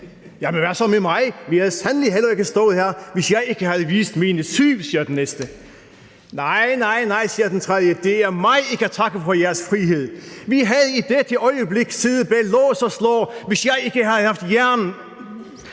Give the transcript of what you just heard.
næste: Hvad så med mig? I havde sandelig heller ikke stået her, hvis jeg ikke havde vist mine 7 cm. Nej, nej, nej, siger den tredje. Det er mig, I kan takke for jeres frihed; vi havde i dette øjeblik siddet bag lås og slå, hvis jeg ikke havde haft jern